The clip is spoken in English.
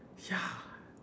ya